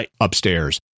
upstairs